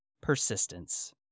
Persistence